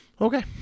Okay